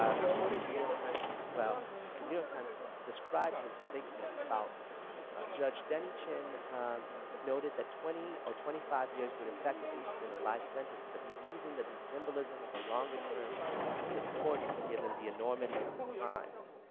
ah was quoted in the new york times as, well the new york times described his thinking as the following judge denny chin noted that twenty or twenty five years would effectively have been a life sentence but he reasoned that the symbolism of the longer term was important, given the enormity of the crimes,